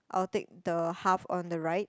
I'll take the half on the right